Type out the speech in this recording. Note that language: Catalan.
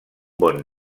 bon